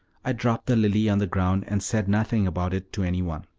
i dropped the lily on the ground, and said nothing about it to any one.